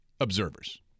observers